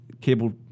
cable